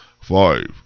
five